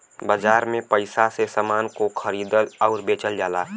बाजार में पइसा से समान को खरीदल आउर बेचल जाला